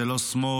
זה לא שמאל,